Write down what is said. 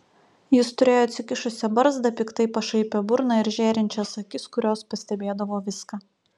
jis turėjo atsikišusią barzdą piktai pašaipią burną ir žėrinčias akis kurios pastebėdavo viską